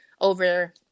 over